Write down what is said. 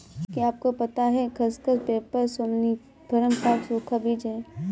क्या आपको पता है खसखस, पैपर सोमनिफरम का सूखा बीज है?